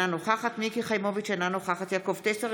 אינו נוכח מיקי חיימוביץ' אינה נוכחת יעקב טסלר,